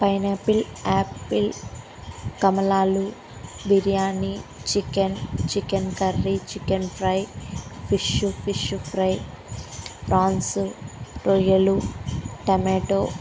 pineapple apple కమలాలు biryani chicken chicken curry chicken fry fish fish prawns రొయ్యలు టమాట